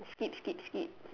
skip skip skip